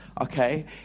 okay